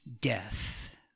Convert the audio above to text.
death